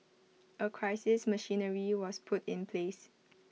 A crisis machinery was put in place